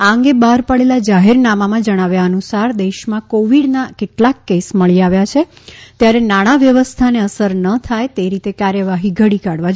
આ અંગે બહાર પાડેલા જાહેરનામામાં જણાવ્યા અનુસાર દેશમાં કોવીડના કેટલાક કેસ મળી આવ્યા છે ત્યારે નાણાં વ્યવસ્થાને અસર ન થાય તે રીતે કાર્યવાહી ઘડી કાઢવી જોઇએ